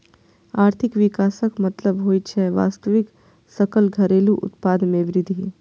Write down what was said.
आर्थिक विकासक मतलब होइ छै वास्तविक सकल घरेलू उत्पाद मे वृद्धि